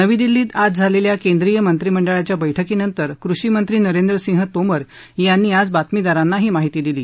नवी दिल्लीत आज झालेल्या केंद्रीय मंत्रिमंडळाच्या बैठकीनंतर कृषिमंत्री नरेंद्रसिंह तोमर यांनी आज बातमीदारांना ही माहिती दिली